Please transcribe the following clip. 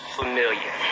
familiar